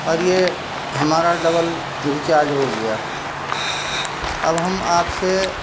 اور یہ ہمارا ڈبل ریچارج ہو گیا اب ہم آپ سے